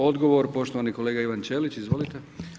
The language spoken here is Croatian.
Odgovor, poštovani kolega Ivan Ćelić, izvolite.